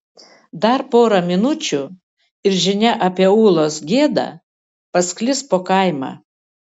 dar pora minučių ir žinia apie ulos gėdą pasklis po kaimą